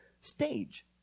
stage